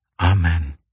Amen